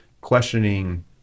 questioning